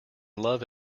love